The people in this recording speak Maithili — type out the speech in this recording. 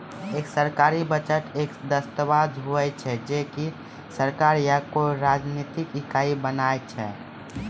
एक सरकारी बजट एक दस्ताबेज हुवै छै जे की सरकार या कोय राजनितिक इकाई बनाय छै